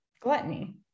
gluttony